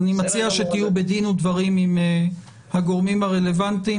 אני מציע שתהיו בדין ודברים עם הגורמים הרלוונטיים.